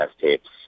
tapes